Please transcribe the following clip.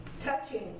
Touching